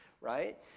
right